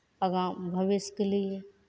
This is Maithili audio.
आगाँ भविष्यके लिए